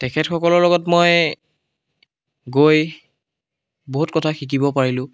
তেখেতসকলৰ লগত মই গৈ বহুত কথা শিকিব পাৰিলোঁ